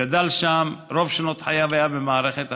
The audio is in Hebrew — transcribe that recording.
גדל שם ורוב שנות חייו היה במערכת החינוך.